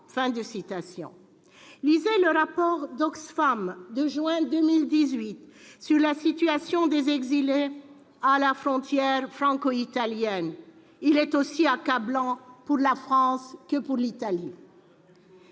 Lisez le rapport d'Oxfam de ce mois sur la situation des exilés à la frontière franco-italienne. Il est aussi accablant pour la France que pour l'Italie.